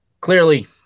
clearly